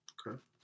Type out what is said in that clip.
Okay